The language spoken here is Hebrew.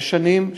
שש שנים,